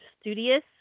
studious